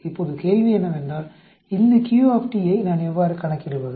இப்போது கேள்வி என்னவென்றால் இந்த Q யை நான் எவ்வாறு கணக்கிடுவது